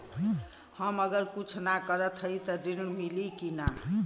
हम अगर कुछ न करत हई त ऋण मिली कि ना?